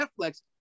Netflix